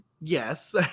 yes